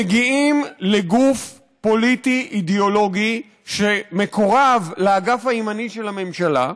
מגיעים לגוף פוליטי אידיאולוגי שמקורב לאגף הימני של הממשלה,